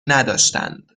نداشتند